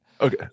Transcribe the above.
Okay